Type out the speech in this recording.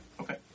Okay